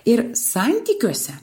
ir santykiuose